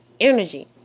energy